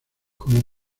como